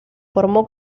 formó